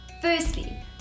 Firstly